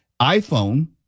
iPhone